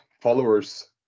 followers